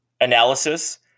analysis